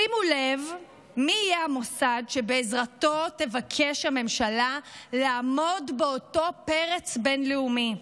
שימו לב מי יהיה המוסד שבעזרתו תבקש הממשלה לעמוד באותו פרץ בין-לאומי,